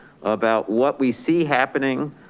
about what we see happening,